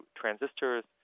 transistors